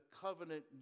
covenant